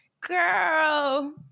Girl